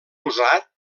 usat